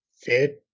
fit